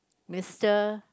mister